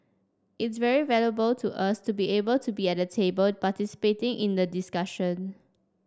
it's very valuable to us to be able to be at the table participating in the discussion